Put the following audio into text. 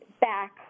back